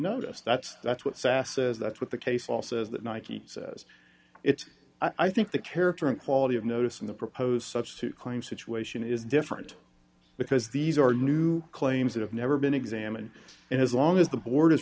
notice that's that's what sas says that's what the case all says that nike says it i think the character and quality of notice in the proposed such to claim situation is different because these are new claims that have never been examined and as long as the board